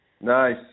Nice